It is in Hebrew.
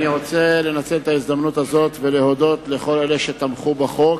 אני רוצה לנצל את ההזדמנות הזאת ולהודות לכל אלה שתמכו בחוק.